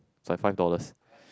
so five dollars